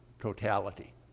totality